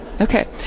okay